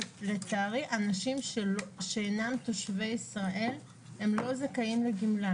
לצערי אנשים שאינם תושבי ישראל אינם זכאים לגמלה,